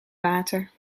water